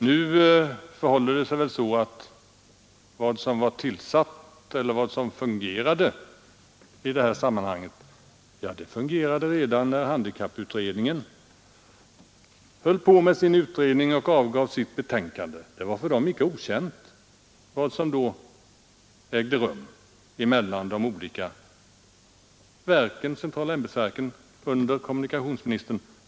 Nu förhåller det sig alltså så att vad som har fungerat i detta sammanhang, det fungerade redan när handikapputredningen höll på med sitt arbete och avgav sitt betänkande. Det var för denna utredning icke okänt vad som då ägde rum mellan de olika berörda centrala ämbetsverken under kommunikationsministern.